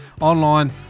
online